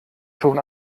schon